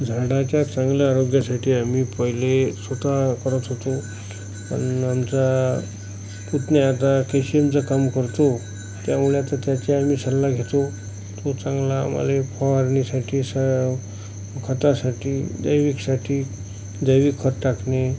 झाडाच्या चांगल्या आरोग्यासाठी आम्ही पहिले स्वतः करत होतो पण आमचा पुतण्या आता केशिमचं काम करतो त्यामुळे आता त्याचा आम्ही सल्ला घेतो तो चांगला माळी फवारणीसाठी स खतासाठी जैविकसाठी जैविक खत टाकणे